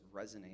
resonate